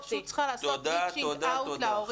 הרשות צריכה לעשות ריצ'ינג אאוט להורים.